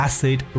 Acid